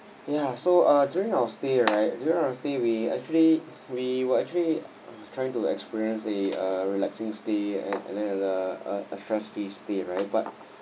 ya so uh during our stay right during our stay we actually we were actually trying to experience a uh relaxing stay at and then uh uh a stress free stay right but